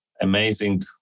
amazing